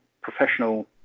professional